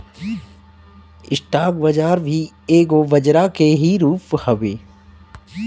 stock बाजार भी एगो बजरा के ही रूप हवे